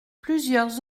plusieurs